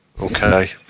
Okay